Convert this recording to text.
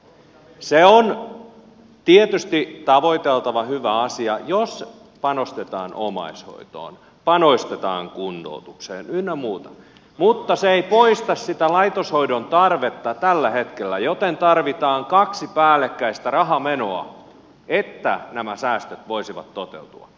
se on tietysti tavoiteltava hyvä asia jos panostetaan omaishoitoon kuntoutukseen ynnä muuta mutta se ei poista sitä laitoshoidon tarvetta tällä hetkellä joten tarvitaan kaksi päällekkäistä rahamenoa että nämä säästöt voisivat toteutua